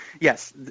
Yes